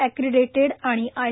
accredited आणि I